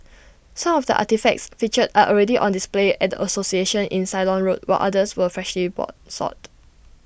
some of the artefacts featured are already on display at association in Ceylon road while others were freshly sought